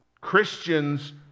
Christians